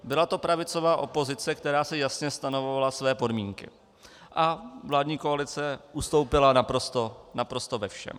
Byla to pravicová opozice, která si jasně stanovovala své podmínky, a vládní koalice ustoupila naprosto ve všem.